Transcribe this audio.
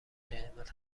قیمت